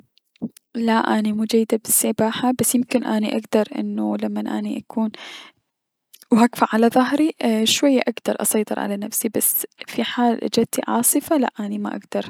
لا اني مو جيدة بلسباحة بس يمكن اني اكدر انو لمن اكون واكفة على ظهري اشوية اكدر اسيطر على نفسي بس في حال اجتي عاصفة لا ما اكدر.